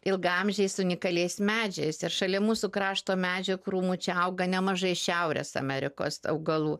ilgaamžiais unikaliais medžiais ir šalia mūsų krašto medžių krūmų čia auga nemažai šiaurės amerikos augalų